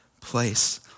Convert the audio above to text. place